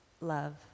love